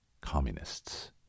communists